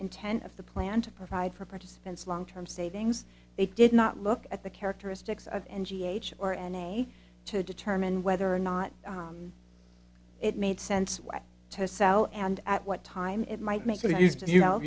intent of the plan to provide for participants long term savings they did not look at the characteristics of energy age or any to determine whether or not it made sense to sell and at what time it might make a used you know